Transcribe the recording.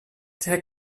der